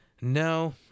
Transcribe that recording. No